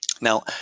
Now